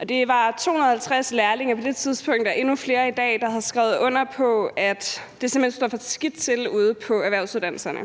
og det var 250 lærlinge på det tidspunkt – det er endnu flere i dag – der havde skrevet under på, at det simpelt hen står for skidt til ude på erhvervsuddannelserne.